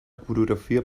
coreografia